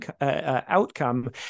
outcome